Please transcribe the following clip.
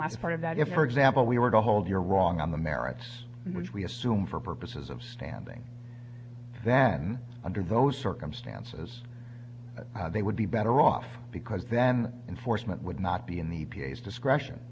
last part of that if for example we were to hold you're wrong on the merits which we assume for purposes of standing then under those circumstances they would be better off because then enforcement would not be in the p a s discretion